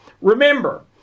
Remember